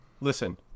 Listen